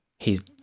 hes